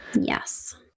Yes